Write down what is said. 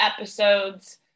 episodes